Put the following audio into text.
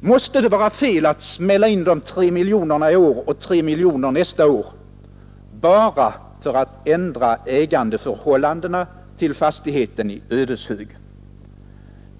måste det vara fel att smälla in de 3 miljonerna i år och 3 miljoner nästa år bara för att ändra ägandeförhållandena för fastigheten i Ödeshög.